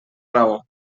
raó